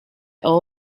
all